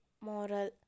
Moral